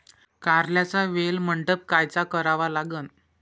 कारल्याचा वेल मंडप कायचा करावा लागन?